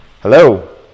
Hello